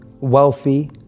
wealthy